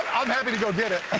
i'm happy to go get it.